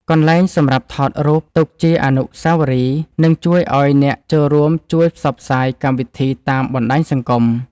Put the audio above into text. កន្លែងសម្រាប់ថតរូបទុកជាអនុស្សាវរីយ៍នឹងជួយឱ្យអ្នកចូលរួមជួយផ្សព្វផ្សាយកម្មវិធីតាមបណ្ដាញសង្គម។